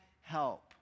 help